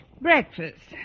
Breakfast